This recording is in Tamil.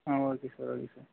ah okay sir okay sir